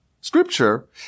Scripture